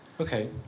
Okay